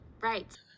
Right